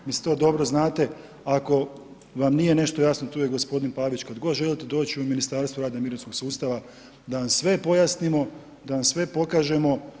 Mislim da to dobro znate, ako vam nije nešto jasno, tu je g. Pavić, kad god želite doći u Ministarstvo rada i mirovinskog sustava da vam sve pojasnimo, da vam sve pokažemo.